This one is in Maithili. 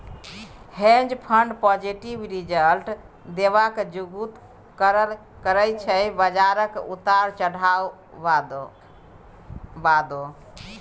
हेंज फंड पॉजिटिव रिजल्ट देबाक जुगुत करय छै बजारक उतार चढ़ाबक बादो